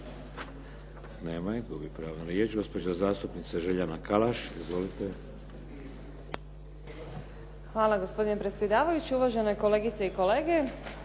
Hvala gospodine predsjedavajući, uvažene kolegice i kolege.